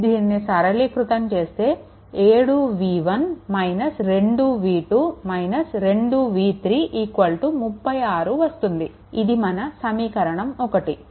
దీనిని సరళీకృతం చేస్తే 7v1 2v2 2v3 36 వస్తుంది ఇది మన సమీకరణం 1